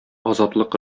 азатлык